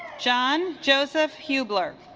john joseph hubler